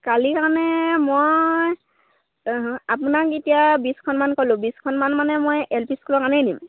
কালি মানে মই আপোনাক এতিয়া বিছখনমান ক'লোঁ বিছখনমান মানে মই এল পি স্কুলৰ কাৰণেই দিম